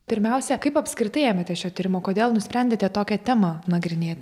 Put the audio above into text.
pirmiausia kaip apskritai ėmėtės šio tyrimo kodėl nusprendėte tokią temą nagrinėt